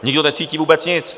Nikdo necítí vůbec nic.